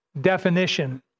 definition